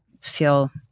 feel